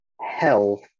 health